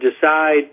decide